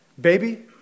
baby